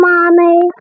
Mommy